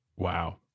wow